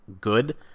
good